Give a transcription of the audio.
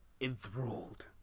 enthralled